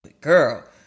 Girl